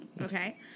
okay